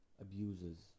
abuses